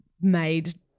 made